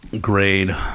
grade